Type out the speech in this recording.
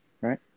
right